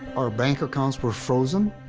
our bank accounts were frozen.